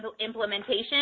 implementation